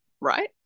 right